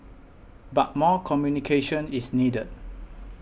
but more communication is needed